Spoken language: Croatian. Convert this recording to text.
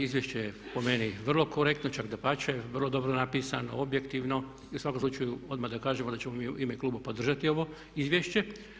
Izvješće je po meni vrlo korektno, čak dapače vrlo dobro napisano, objektivno i u svakom slučaju odmah da kažemo da ćemo mi u ime kluba podržati ovo izvješće.